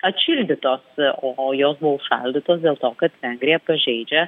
atšildytos o jos buvo užšaldytos dėl to kad vengrija pažeidžia